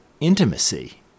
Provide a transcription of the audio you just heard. intimacy